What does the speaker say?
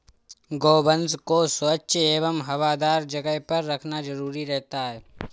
गोवंश को स्वच्छ एवं हवादार जगह पर रखना जरूरी रहता है